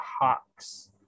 Hawks